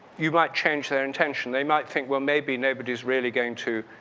you might change their intention. they might think, well, maybe nobody is really going to